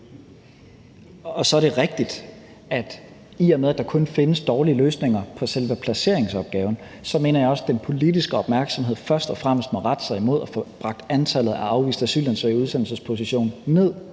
Så er det rigtigt, at i og med der kun findes dårlige løsninger på selve placeringsopgaven, mener jeg også, den politiske opmærksomhed først og fremmest må rette sig mod at få bragt antallet af afviste asylansøgere i udsendelsesposition ned.